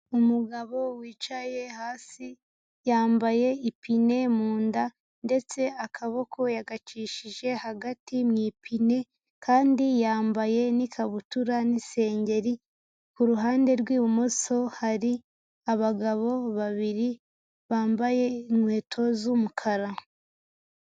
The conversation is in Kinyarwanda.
Umugabo wicaye hasi yambaye ipine mu nda ndetse akaboko yagacishije hagati mu ipine kandi yambaye n'ikabutura n'isengeri, ku ruhande rw'ibumoso hari abagabo babiri bambaye inkweto z'umukara.